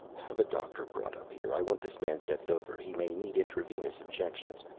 have a doctor brought up here. i want this man checked over. he may need intravenous injections.